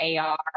AR